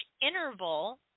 interval